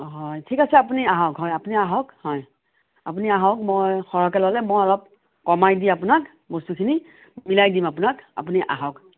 হয় ঠিক আছে আপুনি আহক হয় আপুনি আহক হয় আপুনি আহক মই সৰহকৈ ল'লে মই অলপ কমাই দি আপোনাক বস্তুখিনি মিলাই দিম আপোনাক আপুনি আহক